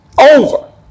over